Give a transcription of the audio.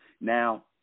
Now